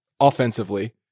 offensively